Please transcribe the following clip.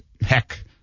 heck